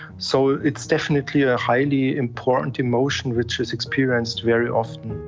so it's definitely a highly important emotion which is experienced very often.